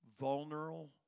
vulnerable